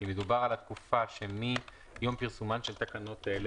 כי מדובר על התקופה שמיום פרסומן של תקנות אלה,